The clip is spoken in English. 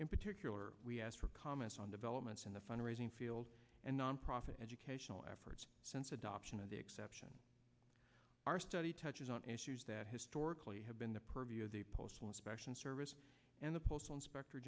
in particular we asked for comments on developments in the fund raising field and nonprofit educational efforts since adoption of the exception our study touches on that historically has been the purview of the postal inspection service and the postal inspector